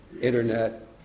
internet